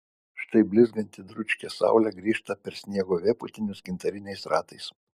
štai blizganti dručkė saulė grįžta per sniego vėpūtinius gintariniais ratais